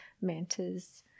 mantas